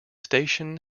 station